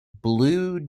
blue